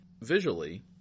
visually